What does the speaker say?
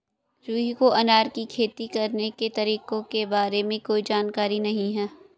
रुहि को अनार की खेती करने के तरीकों के बारे में कोई जानकारी नहीं है